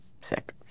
Sick